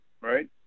Right